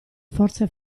forze